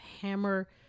hammer